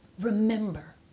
remember